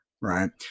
right